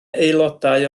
aelodau